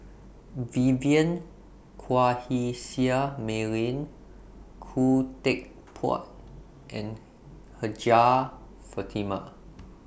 Vivien Quahe Seah Mei Lin Khoo Teck Puat and Hajjah Fatimah